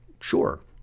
Sure